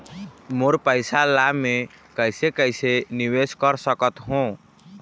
मोर पैसा ला मैं कैसे कैसे निवेश कर सकत हो?